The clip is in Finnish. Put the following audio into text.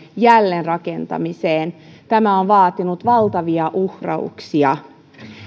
jälleenrakentamiseen tämä on vaatinut valtavia uhrauksia